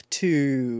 two